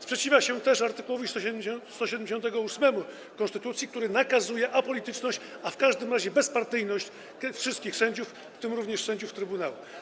Sprzeciwia się też art. 178 konstytucji, który nakazuje apolityczność, a w każdym razie bezpartyjność wszystkich sędziów, w tym również sędziów trybunału.